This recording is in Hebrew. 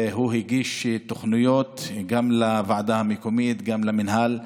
הוא הגיש תוכניות גם לוועדה המקומית וגם למינהל,